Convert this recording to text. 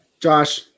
Josh